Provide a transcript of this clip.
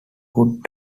good